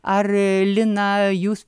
ar lina jūs